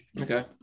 Okay